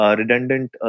redundant